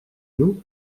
nous